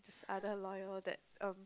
this other lawyer that um